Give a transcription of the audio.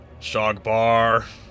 Shogbar